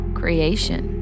creation